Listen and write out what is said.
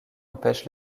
empêche